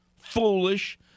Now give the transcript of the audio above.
foolish